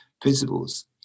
principles